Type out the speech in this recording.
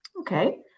Okay